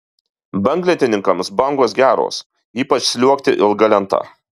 banglentininkams bangos geros ypač sliuogti ilga lenta